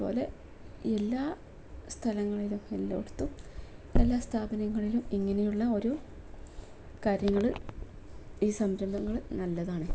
അതുപോലെ എല്ലാ സ്ഥലങ്ങളിലും എല്ലായിടത്തും എല്ലാ സ്ഥാപനങ്ങളിലും ഇങ്ങനെയുള്ള ഓരോ കാര്യങ്ങൾ ഈ സംരംഭങ്ങൾ നല്ലതാണ്